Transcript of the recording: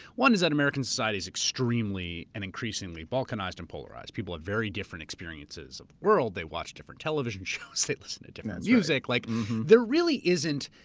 one is that american society is extremely an increasingly balkanized and polarized. people have very different experiences of the world. they watch different television shows. they listen to different music. like there really isn't,